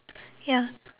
ya